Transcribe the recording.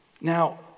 Now